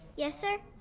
yes, sir?